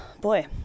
boy